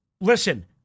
Listen